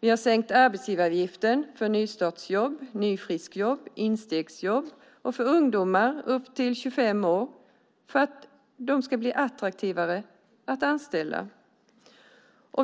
Vi har sänkt arbetsgivaravgiften för nystartsjobb, nyfriskjobb, instegsjobb och för ungdomar upp till 25 år för att de ska bli attraktivare att anställa.